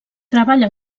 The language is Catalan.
treballa